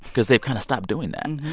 because they've kind of stopped doing that.